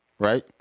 Right